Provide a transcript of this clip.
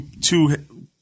two